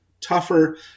tougher